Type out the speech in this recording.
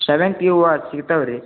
ಸೇವಂತಿ ಹೂವು ಸಿಗ್ತಾವೆ ರೀ